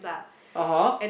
(uh huh)